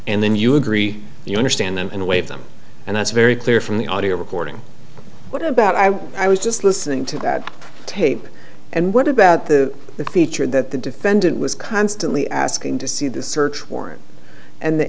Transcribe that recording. and then you agree you understand them in a way of them and that's very clear from the audio recording what about i i was just listening to that tape and what about the creature that the defendant was constantly asking to see the search warrant and the